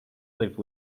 live